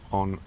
on